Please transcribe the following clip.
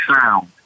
sound